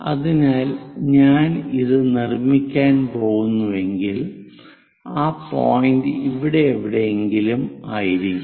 അതിനാൽ ഞാൻ ഇത് നിർമ്മിക്കാൻ പോകുന്നുവെങ്കിൽ ആ പോയിന്റ് ഇവിടെ എവിടെയെങ്കിലും ആയിരിക്കും